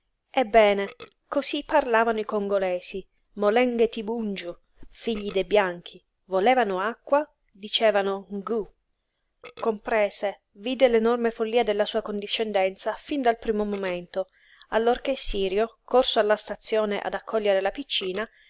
ebbene cosí parlavano i congolesi molenghe ti bungiu figli dei bianchi volevano acqua dicevano n'gu comprese vide l'enorme follia della sua condiscendenza fin dal primo momento allorché sirio corso alla stazione ad accogliere la piccina